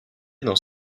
dans